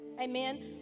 Amen